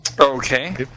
Okay